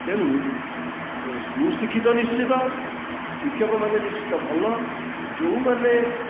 ତେଣୁ ଶୁଶିକ୍ଷିତ ନିଶ୍ଚିତ ଶିକ୍ଷକମାନେ ନିଶ୍ଚିତ ଭଲ ଯେଉଁ ମାନେ